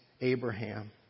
Abraham